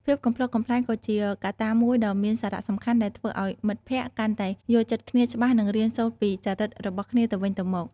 ភាពកំប្លុកកំប្លែងក៏ជាកត្តាមួយដ៏មានសារៈសំខាន់ដែលធ្វើឱ្យមិត្តភក្តិកាន់តែយល់ចិត្តគ្នាច្បាស់និងរៀនសូត្រពីចរិតរបស់គ្នាទៅវិញទៅមក។